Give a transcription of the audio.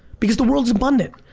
because the world's abundant.